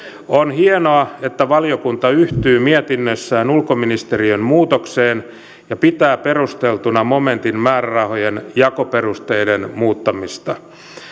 on hienoa että valiokunta yhtyy mietinnössään ulkoministeriön muutokseen ja pitää perusteltuna momentin määrärahojen jakoperusteiden muuttamista